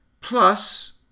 plus